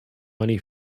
money